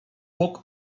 bok